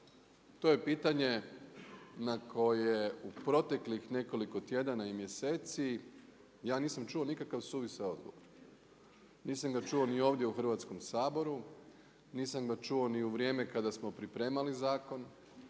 To je pitanje na koje u proteklih nekoliko tjedan i mjeseci ja nisam čuo nikakav suvišan odgovor. Nisam ga čuo ni ovdje u Hrvatskom saboru, nisam ga čuo ni u vrijeme kada smo pripremali zakon,